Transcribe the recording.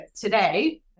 today